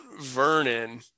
Vernon